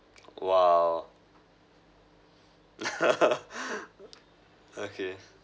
!wow! okay